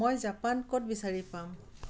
মই জাপান ক'ত বিচাৰি পাম